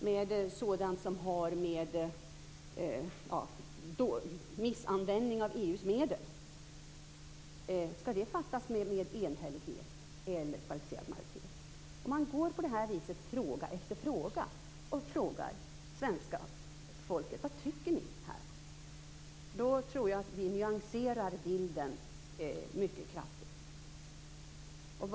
Skall beslut som har med misshushållning av EU:s medel att göra fattas med enhällighet eller med kvalificerad majoritet? Om man i fråga efter fråga frågar svenska folket vad de tycker, tror jag att vi nyanserar bilden mycket kraftigt.